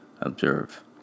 observe